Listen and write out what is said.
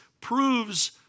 proves